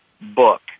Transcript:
book